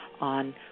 on